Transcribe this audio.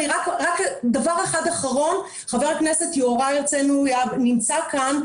ודבר אחד אחרון חבר הכנסת יוראי הרצנו להב נמצא כאן,